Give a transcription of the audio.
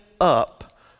up